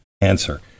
answer